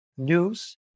News